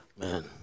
Man